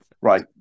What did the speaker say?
Right